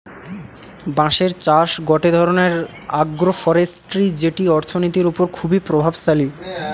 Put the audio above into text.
বাঁশের চাষ গটে ধরণের আগ্রোফরেষ্ট্রী যেটি অর্থনীতির ওপর খুবই প্রভাবশালী